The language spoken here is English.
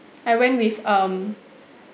I went with um